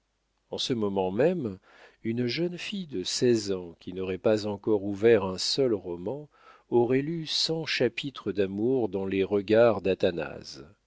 en ce moment même une jeune fille de seize ans qui n'aurait pas encore ouvert un seul roman aurait lu cent chapitres d'amour dans les regards d'athanase